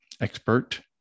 expert